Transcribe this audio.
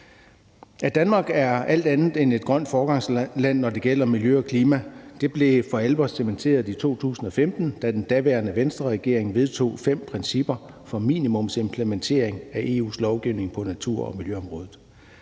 At Danmark er alt andet end et grønt foregangsland, når det gælder miljø og klima, blev for alvor cementeret i 2015, da den daværende Venstreregering vedtog fem principper for minimumsimplementering af EU's lovgivning på natur- og miljøområdet.